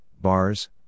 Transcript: bars